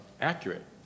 accurate